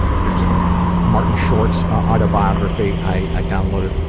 and there's ah martin short's autobiography, i downloaded,